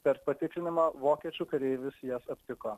per patikrinimą vokiečių kariai vis jas aptiko